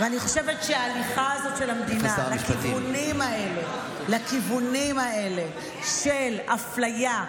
אני חושבת שההליכה הזאת של המדינה לכיוונים האלה של אפליה,